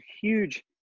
huge